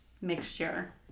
mixture